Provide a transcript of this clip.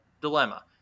dilemma